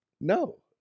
no